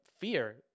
fear